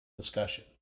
discussion